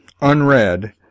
unread